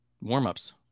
Warm-ups